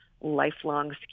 lifelong